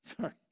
Sorry